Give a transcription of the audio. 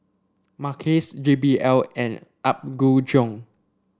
Mackays J B L and Apgujeong